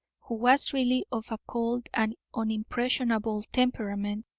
who was really of a cold and unimpressionable temperament,